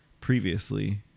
previously